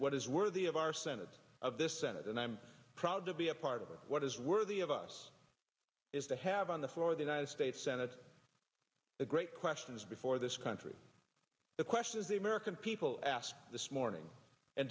what is worthy of our senate of this senate and i'm proud to be a part of it what is worthy of us is to have on the floor of the united states senate the great questions before this country the questions the american people asked this morning and